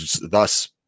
thus